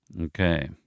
Okay